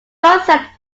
concept